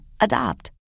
Adopt